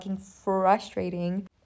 frustrating